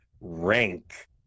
rank